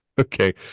okay